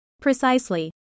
Precisely